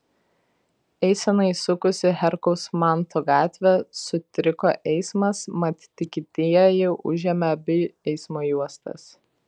eisenai įsukus į herkaus manto gatvę sutriko eismas mat tikintieji užėmė abi eismo juostas